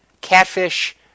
Catfish